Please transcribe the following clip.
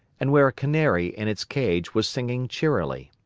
and where a canary in its cage was singing cheerily.